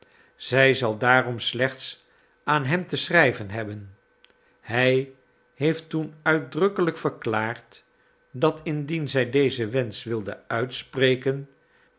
zij zal daarom slechts aan hem te schrijven hebben hij heeft toen uitdrukkelijk verklaard dat indien zij dezen wensch wilde uitspreken